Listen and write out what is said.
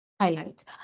Highlights